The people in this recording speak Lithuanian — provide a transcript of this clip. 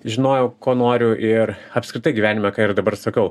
žinojau ko noriu ir apskritai gyvenime ką ir dabar sakau